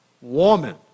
woman